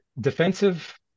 defensive